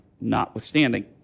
Notwithstanding